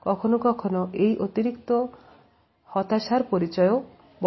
কখনো কখনো এটি অতিরিক্ত হতাশার পরিচয় দেয়